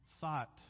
thought